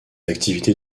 activités